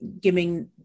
giving